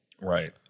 Right